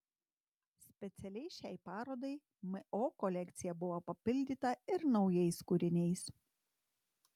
specialiai šiai parodai mo kolekcija buvo papildyta ir naujais kūriniais